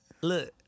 Look